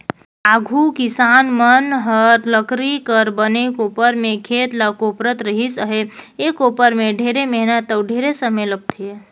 आघु किसान मन हर लकरी कर बने कोपर में खेत ल कोपरत रिहिस अहे, ए कोपर में ढेरे मेहनत अउ ढेरे समे लगथे